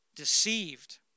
deceived